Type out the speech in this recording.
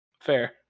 Fair